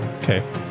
Okay